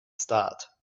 start